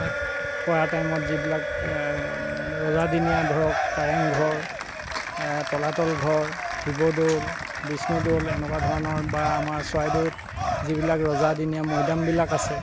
কৰা টাইমত যিবিলাক ৰজাদিনীয়া ধৰক কাৰেং ঘৰ তলাতল ঘৰ শিৱ দ'ল বিষ্ণু দ'ল এনেকুৱা ধৰণৰ বা আমাৰ চৰাইদেউত যিবিলাক ৰজাদিনীয়া মৈদামবিলাক আছে